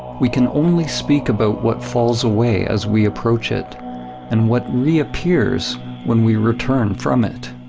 we can only speak about what falls away as we approach it and what reappears when we return from it.